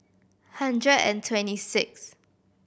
hundred and twenty sixth